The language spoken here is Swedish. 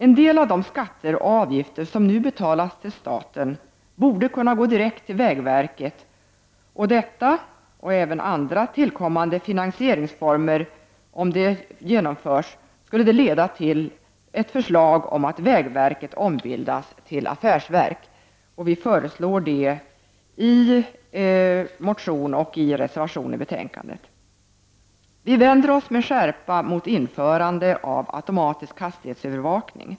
En del av de skatter och avgifter som nu betalas till staten borde kunna gå direkt till vägverket, och detta, liksom även andra tillkommande finansieringsformer skulle, om de genomförs, leda till ett förslag om att vägverket ombildas till affärsverk. Detta föreslås av oss i en motion och en reservation till betänkandet. Vi vänder oss med skärpa mot ett införande av automatisk hastighetsövervakning.